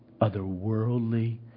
otherworldly